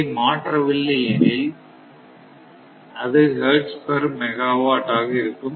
இதை மாற்ற வில்லை எனில் அது ஹெர்ட்ஸ் பெர் மெகாவாட் ஆக இருக்கும்